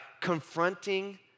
confronting